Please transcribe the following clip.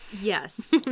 Yes